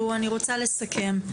אני רוצה לסכם.